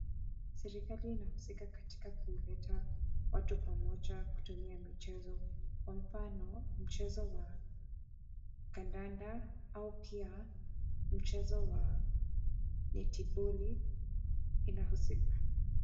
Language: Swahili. Serikali inahusika katika kuleta watu pamoja kutumia michezo kwa mfano mchezo wa kandanda au pia mchezo wa netiboli, inahusika.